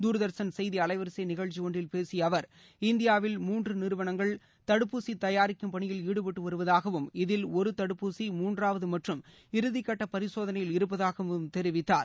தர்தர்ஷன் செய்தி அலைவரிசை நிகழ்ச்சி ஒன்றில் பேசிய அவர் இந்தியாவில் மூன்று நிறுவனங்கள் தயாரிக்கும் பணியில் ஈடுபட்டு தடுப்பூசி தயாராகி வருவதாகவும் இதில் ஒரு தடுப்பூசி மூன்றாவது மற்றும் இறுதி கட்ட பரிசோதனையில் இருப்பதாகவும் தெரிவித்தார்